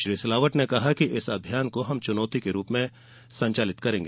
श्री सिलावट ने कहा कि इस अभियान को हमें चुनौती के रूप में संचालित करना होगा